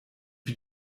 wie